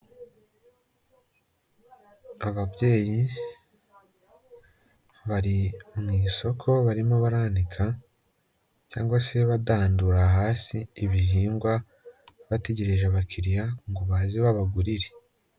Ababyeyi bari mu isoko, barimo baranika cyangwa se badandura hasi ibihingwa, bategereje abakiriya ngo baze babagurire.